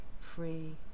free